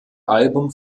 album